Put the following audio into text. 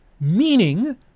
meaning